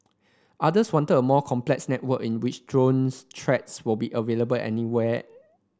others wanted a more complex network in which drone tracks would be available anywhere